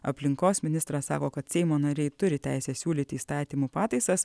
aplinkos ministras sako kad seimo nariai turi teisę siūlyti įstatymų pataisas